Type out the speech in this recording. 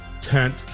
tent